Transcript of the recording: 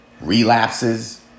relapses